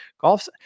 golf